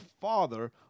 father